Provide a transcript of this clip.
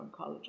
oncologist